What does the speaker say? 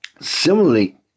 Similarly